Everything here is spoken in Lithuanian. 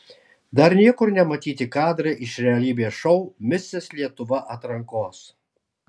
dar niekur nematyti kadrai iš realybės šou misis lietuva atrankos